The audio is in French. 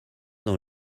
dans